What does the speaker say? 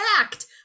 fact